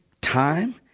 time